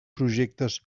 projectes